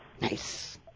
Nice